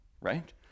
Right